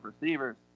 receivers